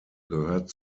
gehört